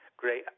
Great